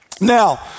Now